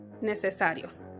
necesarios